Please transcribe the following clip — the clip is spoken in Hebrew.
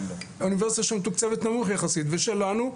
אוניברסיטה שמתוקצבת נמוך יחסית ושלנו,